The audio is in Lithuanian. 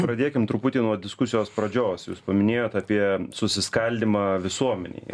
pradėkim truputį nuo diskusijos pradžios jūs paminėjot apie susiskaldymą visuomenėje